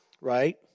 right